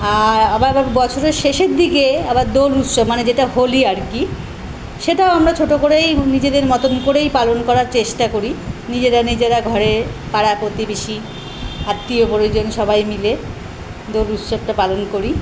আর আবার বছরের শেষের দিকে আবার দোল উৎসব মানে যেটা হোলি আর কি সেটাও আমরা ছোটো করেই নিজেদের মতন করেই পালন করার চেষ্টা করি নিজেরা নিজেরা ঘরে পাড়া প্রতিবেশি আত্মীয় পরিজন সবাই মিলে দোল উৎসবটা পালন করি